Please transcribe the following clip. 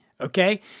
Okay